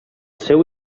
seu